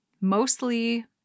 mostly